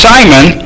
Simon